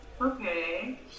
Okay